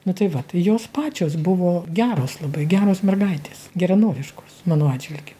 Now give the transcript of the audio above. nu tai vat jos pačios buvo geros labai geros mergaitės geranoriškos mano atžvilgiu